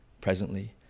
presently